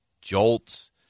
jolts